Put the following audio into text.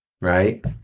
right